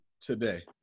today